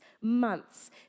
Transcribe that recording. months